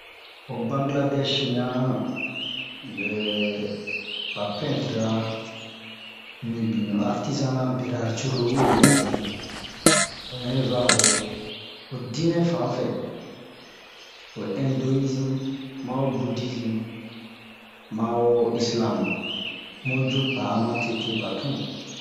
Ho Bangiladɛsh ɲa ba pɛntrera mibini ho artizana bera curulu we wi'a bin o ɲa i va ho ho dinɛ fanfɛ ho indoyizm ma ho budizm ma ho islam mu ju pa'a ma tete ba tun